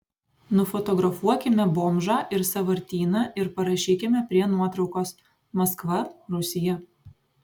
nufotografuokime bomžą ir sąvartyną ir parašykime prie nuotraukos maskva rusija